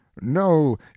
no